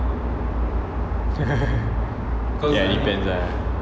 ya depends lah